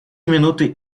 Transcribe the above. минуты